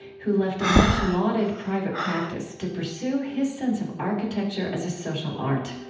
who left a much-lauded private practice to pursue his sense of architecture as a social art.